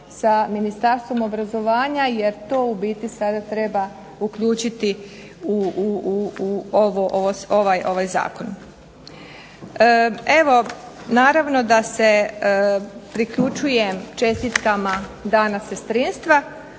Ministarstvom obrazovanja jer to u biti sada treba uključiti u ovaj zakon. Evo, naravno da se priključujem čestitkama Dana sestrinstva